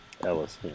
Ellis